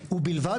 ובלבד,